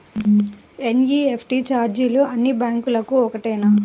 NEFT ఛార్జీలు అన్నీ బ్యాంక్లకూ ఒకటేనా?